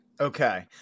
Okay